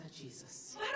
Jesus